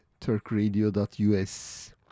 turkradio.us